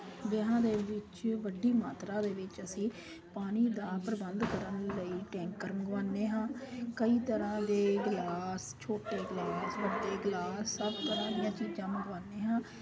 ਵਿਆਹ ਦੇ ਵਿੱਚ ਵੱਡੀ ਮਾਤਰਾ ਦੇ ਵਿੱਚ ਅਸੀਂ ਪਾਣੀ ਦਾ ਪ੍ਰਬੰਧ ਕਰਨ ਲਈ ਟੈਂਕਰ ਮੰਗਵਾਉਂਦੇ ਹਾਂ ਕਈ ਤਰ੍ਹਾਂ ਦੇ ਗਿਲਾਸ ਛੋਟੇ ਗਿਲਾਸ ਵੱਡੇ ਗਿਲਾਸ ਸਭ ਤਰ੍ਹਾਂ ਦੀਆਂ ਚੀਜ਼ਾਂ ਮੰਗਵਾਉਂਦੇ ਹਾਂ